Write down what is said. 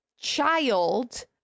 child